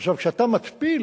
עכשיו, כשאתה מתפיל,